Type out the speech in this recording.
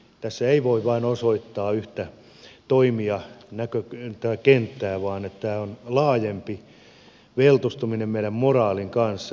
tässä ei voi vain osoittaa yhtä toimijakenttää vaan tämä on laajempi veltostuminen meidän moraalimme kanssa